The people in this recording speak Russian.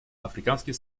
африканский